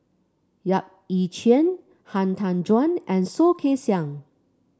Yap Ee Chian Han Tan Juan and Soh Kay Siang